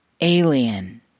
alien